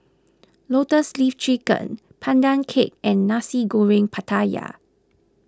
Lotus Leaf Chicken Pandan Cake and Nasi Goreng Pattaya